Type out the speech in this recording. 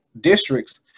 districts